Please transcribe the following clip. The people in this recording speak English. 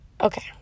okay